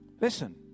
listen